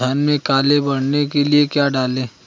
धान में कल्ले बढ़ाने के लिए क्या डालें?